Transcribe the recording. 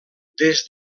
des